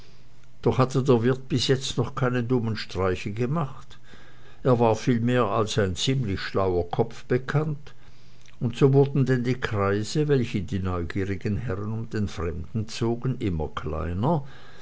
doch hatte der wirt bis jetzt noch keine dummen streiche gemacht er war vielmehr als ein ziemlich schlauer kopf bekannt und so wurden denn die kreise welche die neugierigen herren um den fremden zogen immer kleiner